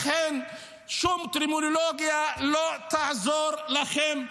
לכן שום טרמינולוגיה לא תעזור לכם.